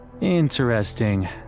Interesting